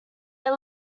are